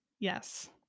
Yes